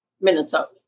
Minnesota